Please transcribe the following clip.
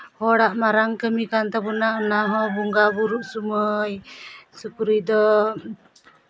ᱦᱚᱲᱟᱜ ᱢᱟᱨᱟᱝ ᱠᱟᱹᱢᱤ ᱠᱟᱱ ᱛᱟᱵᱚᱱᱟ ᱚᱱᱟ ᱦᱚᱸ ᱵᱚᱸᱜᱟᱼᱵᱩᱨᱩᱜ ᱥᱚᱢᱚᱭ ᱥᱩᱠᱨᱤ ᱫᱚ